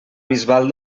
bisbal